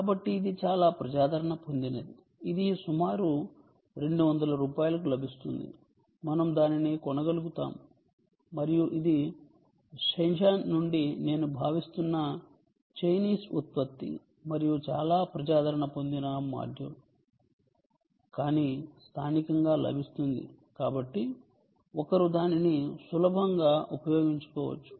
కాబట్టి ఇది చాలా ప్రజాదరణ పొందినది ఇది సుమారు 200 రూపాయలకు లభిస్తుంది మనం దానిని కొనగలుగుతాము మరియు ఇది శెంజన్ నుండి నేను భావిస్తున్న చైనీస్ ఉత్పత్తి మరియు చాలా ప్రజాదరణ పొందిన మాడ్యూల్ కానీ స్థానికంగా లభిస్తుంది కాబట్టి ఒకరు దానిని సులభంగా ఉపయోగించుకోవచ్చు